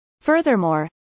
Furthermore